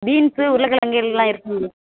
beans உருளகிழங்கு எல்லாம் இருக்குதுங்க